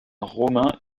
romain